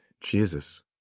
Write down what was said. Jesus